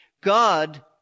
God